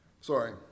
Sorry